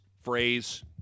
phrase